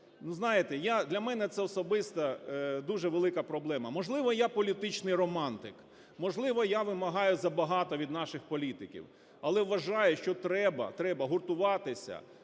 знаєте, я, для мене це особисто дуже велика проблема. Можливо, я політичний романтик, можливо, я вимагаю забагато від наших політиків, але вважаю, що треба, треба гуртуватися